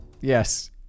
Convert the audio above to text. yes